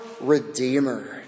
Redeemer